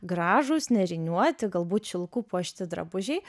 gražūs neriniuoti galbūt šilku puošti drabužiai